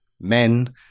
men